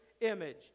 image